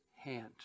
hand